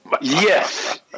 Yes